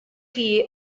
chi